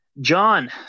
John